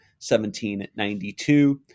1792